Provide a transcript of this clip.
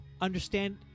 understand